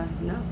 no